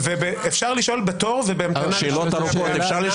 אפשר לשאול בתור --- שאלות ארוכות אפשר לשאול?